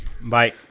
Bye